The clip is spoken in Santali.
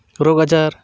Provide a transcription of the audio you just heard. ᱨᱳᱜᱽ ᱟᱡᱟᱨ